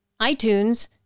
iTunes